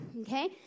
okay